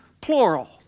plural